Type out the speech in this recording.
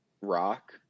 rock